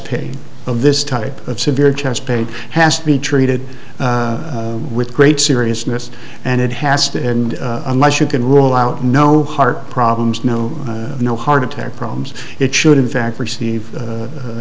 pain of this type of severe chest pain has to be treated with great seriousness and it has to end unless you can rule out no heart problems no no heart attack problems it should in fact receive